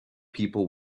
people